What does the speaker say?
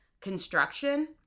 construction